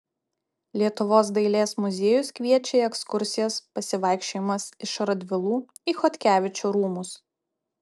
lietuvos dailės muziejus kviečia į ekskursijas pasivaikščiojimas iš radvilų į chodkevičių rūmus